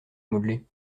modeler